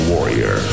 Warrior